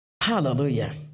Hallelujah